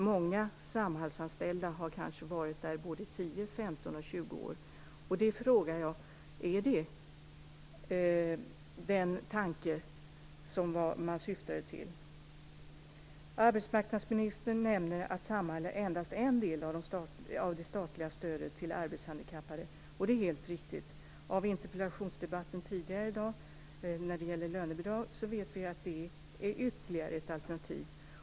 Många Samhallsanställda har kanske varit där både i 10, 15 och 20 år. Är det den tanke som man syftade till? Arbetsmarknadsministern nämner att Samhall endast är en del av det statliga stödet till arbetshandikappade. Det är helt riktigt. Från interpellationsdebatten tidigare i dag vet vi att lönebidrag är ytterligare ett alternativ.